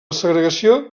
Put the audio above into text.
segregació